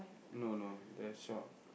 no no there's shop